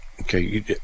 Okay